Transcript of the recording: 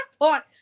point